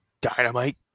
Dynamite